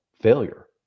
failure